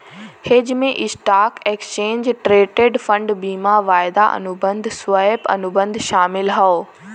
hedge में stock, exchange traded fund, बीमा, वायदा अनुबंध, स्वैप, अनुबंध शामिल हौ